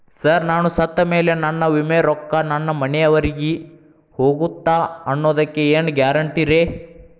Sir ನಾನು ಸತ್ತಮೇಲೆ ನನ್ನ ವಿಮೆ ರೊಕ್ಕಾ ನನ್ನ ಮನೆಯವರಿಗಿ ಹೋಗುತ್ತಾ ಅನ್ನೊದಕ್ಕೆ ಏನ್ ಗ್ಯಾರಂಟಿ ರೇ?